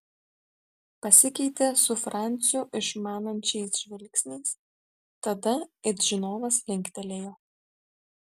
pasikeitė su franciu išmanančiais žvilgsniais tada it žinovas linktelėjo